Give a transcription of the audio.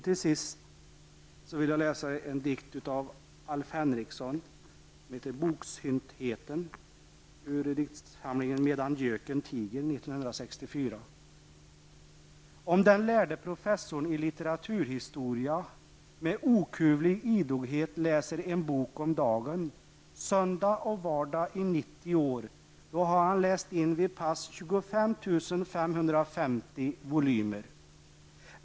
Till sist en dikt av Alf Henriksson, Boksyntheten, ur diktsamlingen Medan göken tiger : med okuvlig idoghet läser en bok om dagen söndag och vardag i nittio år, då har han läst in vid pass tjugofemtusenfemhundrafemti volymer.